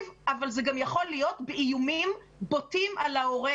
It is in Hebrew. אבל זה גם יכול להיות באיומים בוטים על ההורה: